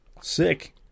sick